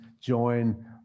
join